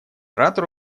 оратор